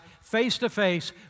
face-to-face